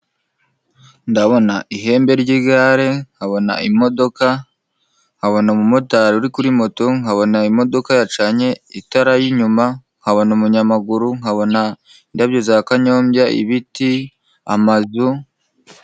Ndabona ihembe ryigare, nkabona imodoka, nkabona umumotari uri kuri moto, nkabona imodoka yacanye itara y'inyuma, nkabona umunyamaguru, nkabona indabyo za kanyombya, ibiti, amazu.